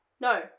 No